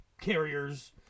carriers